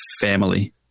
family